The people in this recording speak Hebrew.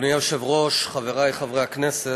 אדוני היושב-ראש, חברי חברי הכנסת,